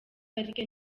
pariki